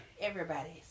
Everybody's